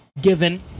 given